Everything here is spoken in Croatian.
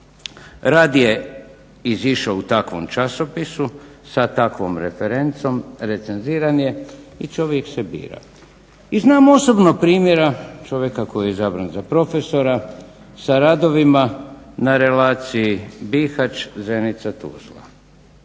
Rad je izišao u takvom časopisu sa takvom referencom, recenziran je i čovjek se bira. I znam iz osobnog primjera čovjeka koji je izabran za profesora sa radovima na relaciji Bihać, Zenica, Tuzla.